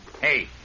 Hey